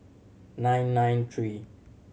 nine nine three